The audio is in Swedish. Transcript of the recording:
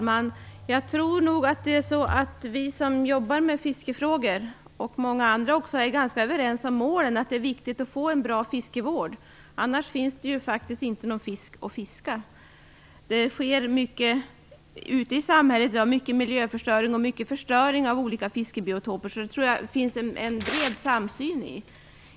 Fru talman! Jag tror att vi som jobbar med fiskefrågor och även många andra är överens om målen, att det är viktigt att få en bra fiskevård. Annars kommer det faktiskt inte att finnas någon fisk att fiska. Det sker mycket ute i samhället i dag, mycket miljöförstöring och förstöring av olika fiskebiotoper, så här tror jag det finns en bred samsyn.